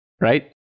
right